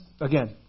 again